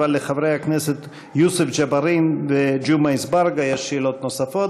אבל לחברי הכנסת יוסף ג'בארין וג'מעה אזברגה יש שאלות נוספות.